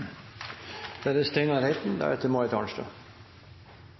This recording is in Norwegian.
da er det